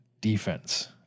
defense